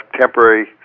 temporary